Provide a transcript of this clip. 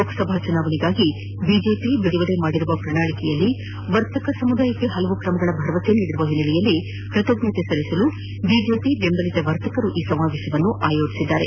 ಲೋಕಸಭಾ ಚುನಾವಣೆಗಾಗಿ ಬಿಜೆಪಿ ಬಿಡುಗಡೆ ಮಾಡಿರುವ ಪ್ರಣಾಳಿಕೆಯಲ್ಲಿ ವರ್ತಕರಿಗೆ ಹಲವು ಕ್ರಮಗಳ ಭರವಸೆ ನೀಡಿರುವ ಹಿನ್ನೆಲೆಯಲ್ಲಿ ಕೃತಜ್ಞತೆ ಸಲ್ಲಿಸಲು ಬಿಜೆಪಿ ಬೆಂಬಲಿತ ವರ್ತಕರು ಈ ಸಮಾವೇಶ ಆಯೋಜಿಸಿದ್ದಾರೆ